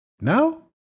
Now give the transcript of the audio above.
Now